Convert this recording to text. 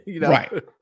right